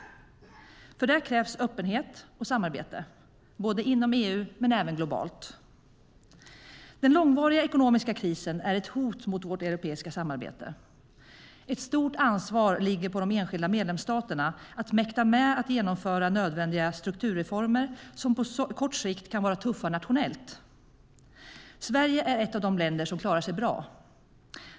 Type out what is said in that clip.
För det krävs öppenhet och samarbete, både inom EU men även globalt. Den långvariga ekonomiska krisen är ett hot mot vårt europeiska samarbete. Ett stort ansvar ligger på de enskilda medlemsstaterna att mäkta med att genomföra nödvändiga strukturreformer som på kort sikt kan vara tuffa nationellt. Sverige är ett av de länder som klarar sig bra.